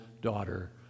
daughter